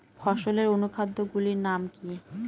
ফসলের অনুখাদ্য গুলির নাম কি?